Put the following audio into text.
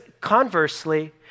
conversely